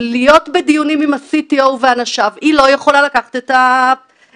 להיות בדיונים עם ה-CTO ואנשיו היא לא יכולה לקחת את המשרה.